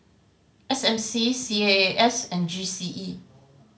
S M C C A A S and G C E